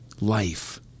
life